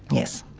yes.